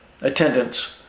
attendance